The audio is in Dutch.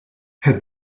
het